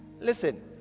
Listen